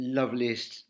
loveliest